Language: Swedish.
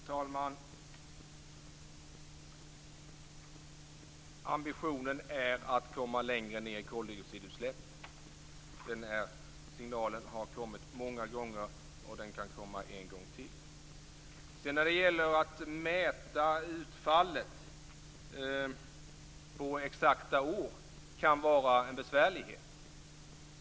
Fru talman! Ambitionen är att komma längre ned med koldioxidutsläppen. Den signalen har kommit många gånger, och den kan komma en gång till. Det kan vara besvärligt att mäta utfallet under exakta år.